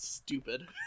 Stupid